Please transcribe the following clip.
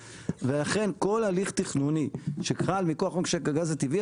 לכן כל הליך תכנוני שחל מכוח חוק משק הגז הטבעי,